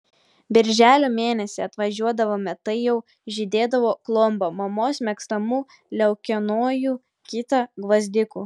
birželio mėnesį atvažiuodavome tai jau žydėdavo klomba mamos mėgstamų leukonijų kita gvazdikų